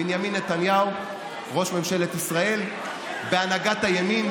בנימין נתניהו ראש ממשלת ישראל בהנהגת הימין,